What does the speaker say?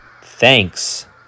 Thanks